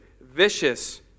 vicious